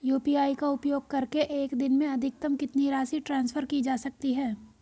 UPI का उपयोग करके एक दिन में अधिकतम कितनी राशि ट्रांसफर की जा सकती है?